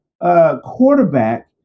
Quarterback